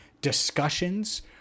discussions